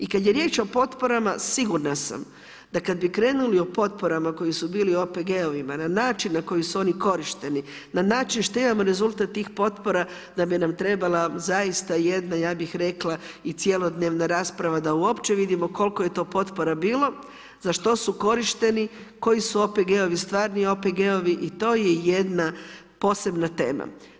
I kada je riječ o potporama, sigurna sam, da kad bi krenuli o potporama, koji su bili OPG-ovima, na način na koji su oni korišteni, na način što imamo rezultat tih potpora, da bi nam trebala, zaista jedna i ja bih rekla i cjelodnevna rasprava, da uopće vidimo koliko je to potpora bilo, za što su korišteni, koji su OPG-ovi stvarni OPG-ovi i to je jedna posebna tema.